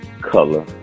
color